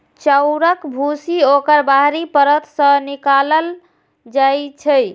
चाउरक भूसी ओकर बाहरी परत सं निकालल जाइ छै